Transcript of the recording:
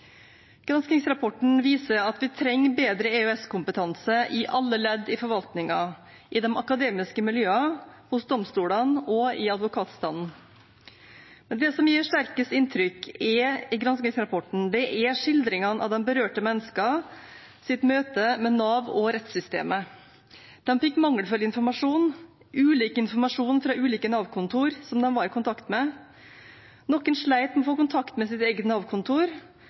Granskingsrapporten viser at vi trenger bedre EØS-kompetanse i alle ledd i forvaltningen, i de akademiske miljøene, hos domstolene og i advokatstanden. Det som gjør sterkest inntrykk i granskingsrapporten, er skildringene av de berørte menneskenes møte med Nav og rettssystemet. De fikk mangelfull informasjon, ulik informasjon fra ulike Nav-kontor som de var i kontakt med. Noen slet med å få kontakt med sitt eget